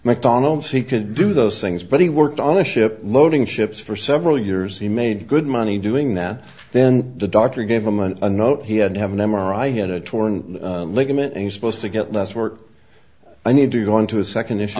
mcdonald's he could do those things but he worked on a ship loading ships for several years he made good money doing that then the doctor gave him an unknown he had to have an m r i he had a torn ligament and he supposed to get less work i need to go into a second i